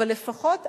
אבל לפחות עכשיו,